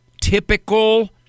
typical